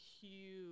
huge